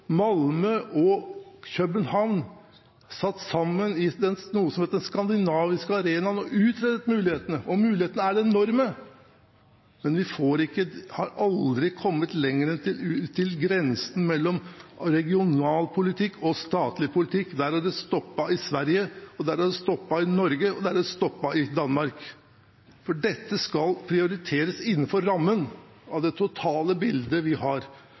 Malmö og København satt sammen i noe som het Den Skandinaviske Arenaen, og utredet mulighetene. Mulighetene er enorme, men vi har aldri kommet lenger enn til grensen mellom regionalpolitikk og statlig politikk. Der har det stoppet i Sverige, der har det stoppet i Norge, og der har det stoppet i Danmark, for dette skal prioriteres innenfor rammen av det totale bildet vi har.